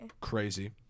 Crazy